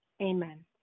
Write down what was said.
Amen